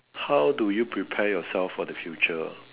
how do you prepare yourself for the future